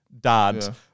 dad